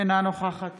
אינה נוכחת